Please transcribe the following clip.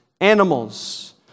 animals